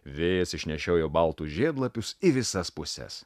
vėjas išnešiojo baltus žiedlapius į visas puses